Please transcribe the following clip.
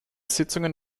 sitzungen